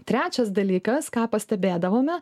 trečias dalykas ką pastebėdavome